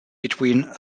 between